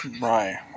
Right